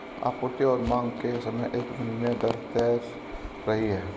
आपूर्ति और मांग के समय एक विनिमय दर तैर रही है